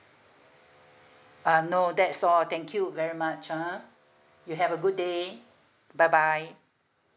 uh no that's all thank you very much uh you have a good day bye bye